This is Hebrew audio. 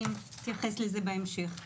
אני אתייחס לזה בהמשך.